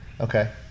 okay